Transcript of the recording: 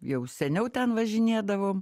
jau seniau ten važinėdavom